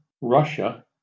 Russia